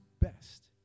best